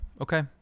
okay